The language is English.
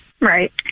right